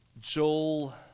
Joel